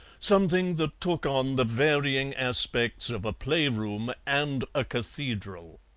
something that took on the varying aspects of a playroom and a cathedral.